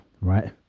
right